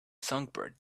songbird